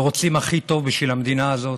ורוצים הכי טוב בשביל המדינה הזאת,